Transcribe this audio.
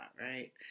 right